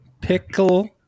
Pickle